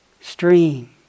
stream